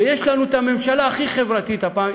ויש לנו את הממשלה הכי חברתית הפעם,